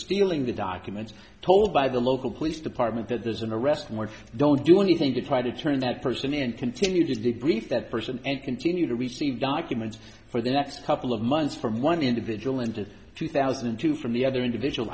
stealing the documents told by the local police department that there's an arrest more don't do anything to try to turn that person and continue his degree if that person and continue to receive documents for the next couple of months from one individual into two thousand and two from the other individual